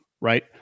right